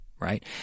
Right